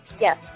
Yes